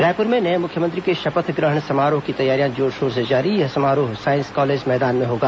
रायपुर में नये मुख्यमंत्री के शपथ ग्रहण समारोह की तैयारियां जोर शोर से जारी यह समारोह साईंस कॉलेज मैदान में होगा